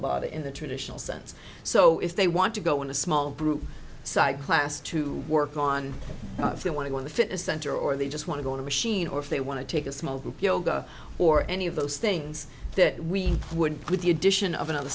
about it in the traditional sense so if they want to go in a small group psych class to work on if they want to go in the fitness center or they just want to go on a machine or if they want to take a small group yoga or any of those things that we would with the addition of another